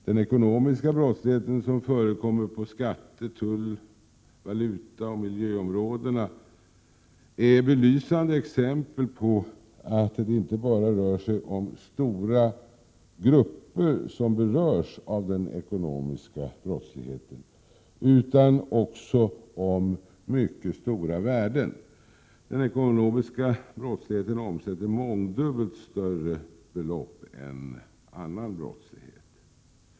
Den ekonomiska brottslighet som förekommer på skatte-, tull-, valutaoch miljöområdena är belysande exempel på att det inte bara rör sig om stora grupper som berörs av den ekonomiska brottsligheten utan även om mycket stora värden. Den ekonomiska brottsligheten omsätter mångdubbelt större belopp än annan brottslighet.